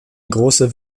große